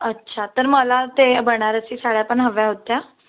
अच्छा तर मला ते बनारसी साड्या पण हव्या होत्या